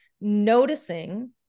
noticing